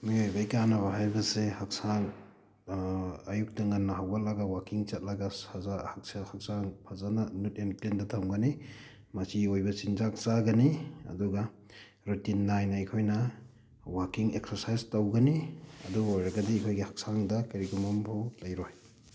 ꯃꯤꯌꯣꯏꯕꯩ ꯀꯥꯟꯅꯕ ꯍꯥꯏꯕꯁꯦ ꯍꯛꯆꯥꯡ ꯑꯌꯨꯛꯇ ꯉꯟꯅ ꯍꯧꯒꯠꯂꯒ ꯋꯥꯛꯀꯤꯡ ꯆꯠꯂꯒ ꯍꯛꯆꯥꯡ ꯐꯖꯅ ꯅꯤꯠ ꯑꯦꯟ ꯀ꯭ꯂꯤꯟꯗ ꯊꯝꯒꯅꯤ ꯃꯆꯤ ꯑꯣꯏꯕ ꯆꯤꯟꯖꯥꯛ ꯆꯥꯒꯅꯤ ꯑꯗꯨꯒ ꯔꯨꯇꯤꯟ ꯅꯥꯏꯅ ꯑꯩꯈꯣꯏꯅ ꯋꯥꯛꯀꯤꯡ ꯑꯦꯛꯁꯔꯁꯥꯏꯁ ꯇꯧꯒꯅꯤ ꯑꯗꯨ ꯑꯣꯏꯔꯒꯗꯤ ꯑꯩꯈꯣꯏꯒꯤ ꯍꯛꯆꯥꯡꯗ ꯀꯔꯤꯒꯨꯝꯕ ꯑꯃꯐꯥꯎ ꯂꯩꯔꯣꯏ